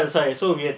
the sensor is so weird